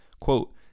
quote